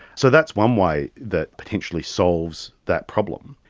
so that's one way that potentially solves that problem.